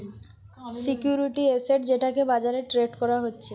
security asset যেটাকে বাজারে trade করা যাচ্ছে